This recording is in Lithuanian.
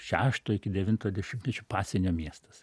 šešto iki devinto dešimtmečio pasienio miestas